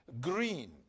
green